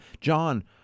John